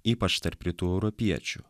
ypač tarp rytų europiečių